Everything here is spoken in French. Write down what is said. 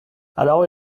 alors